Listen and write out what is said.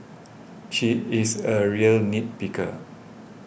she is a real nit picker